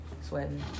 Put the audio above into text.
Sweating